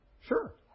Sure